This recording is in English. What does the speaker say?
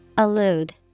Allude